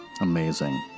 amazing